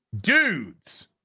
Dudes